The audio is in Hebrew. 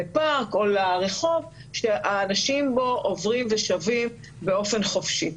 לפארק או לרחוב שהאנשים בו עוברים ושבים באופן חופשי.